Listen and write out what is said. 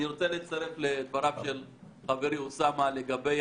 אני רוצה להצטרף לדבריו של חברי אוסאמה לגבי